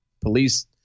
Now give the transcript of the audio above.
police